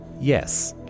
Yes